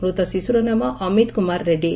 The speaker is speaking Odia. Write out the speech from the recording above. ମୂତ ଶିଶୁର ନାମ ଅମିତ କୁମାର ରେଡ୍ରୀ